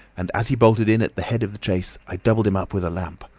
and as he bolted in at the head of the chase, i doubled him up with a lamp.